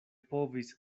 povis